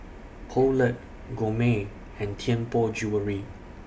Poulet Gourmet and Tianpo Jewellery